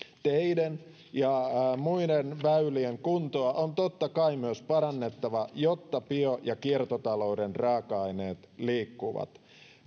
teiden ja muiden väylien kuntoa on totta kai myös parannettava jotta bio ja kiertotalouden raaka aineet liikkuvat